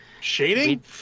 Shading